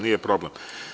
Nije problem.